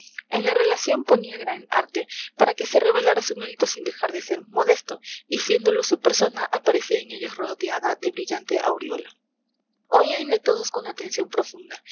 en la relación ponía gran arte para que se revelara su mérito sin dejar de ser modesto y siéndolo su persona aparecía en ellos rodeada de brillante aureola oíanle todos con atención profunda